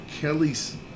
Kelly's